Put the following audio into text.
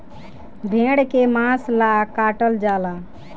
भेड़ के मांस ला काटल जाला